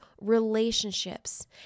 relationships